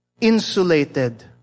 insulated